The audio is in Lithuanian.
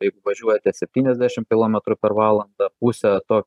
jeigu važiuojate septyniasdešim kilometrų per valandą pusę to